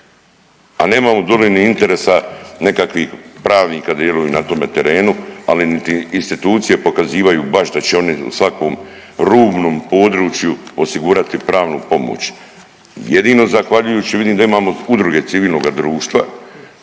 a nemamo dobrih ni interesa nekakvih pravnika da djeluju na tome terenu, ali niti institucije ne pokazivaju baš da će oni svakom rubnom području osigurati pravnu pomoć. Jedino zahvaljujući vidim da imamo udruge civilnoga društva